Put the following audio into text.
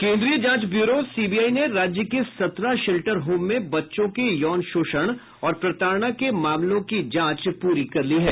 केन्द्रीय जांच bureau CBI ने राज्य के सत्रह शेल्टर होम में बच्चों के यौन शोषण और प्रताड़ना के मामलों की जांच पूरी कर ली है